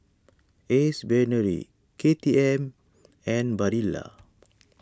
Ace Brainery K T M and Barilla